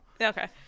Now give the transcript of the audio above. Okay